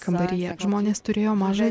kambaryje žmonės turėjo mažą